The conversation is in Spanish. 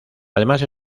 además